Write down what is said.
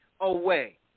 away